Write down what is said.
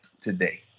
today